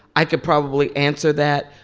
i could probably answer that.